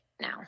now